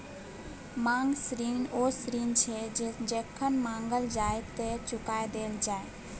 मांग ऋण ओ ऋण छै जे जखन माँगल जाइ तए चुका देल जाय